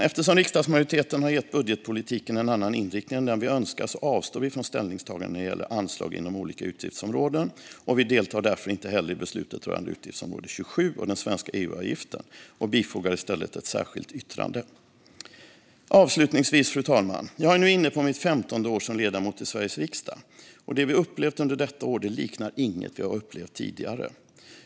Eftersom riksdagsmajoriteten har gett budgetpolitiken en annan inriktning än den vi önskar avstår vi från ställningstagande när det gäller anslag inom olika utgiftsområden. Vi deltar därför inte heller i beslutet rörande utgiftsområde 27 och den svenska EU-avgiften och bifogar i stället ett särskilt yttrande. Fru talman! Jag är nu inne på mitt 15:e år som ledamot i Sveriges riksdag, och det vi upplevt under detta år liknar inget vi har upplevt tidigare.